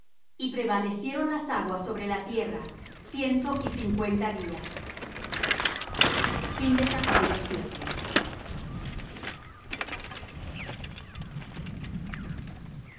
y prevalecieron las aguas sobre la tierra ciento y cincuenta días y